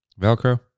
Velcro